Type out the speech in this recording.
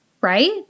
right